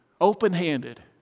open-handed